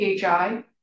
PHI